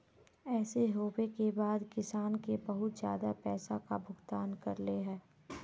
ऐसे होबे के बाद किसान के बहुत ज्यादा पैसा का भुगतान करले है?